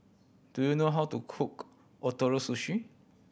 do you know how to cook Ootoro Sushi